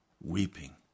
weeping